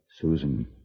Susan